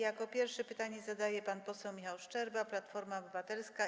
Jako pierwszy pytanie zadaje pan poseł Michał Szczerba, Platforma Obywatelska.